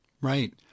Right